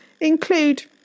include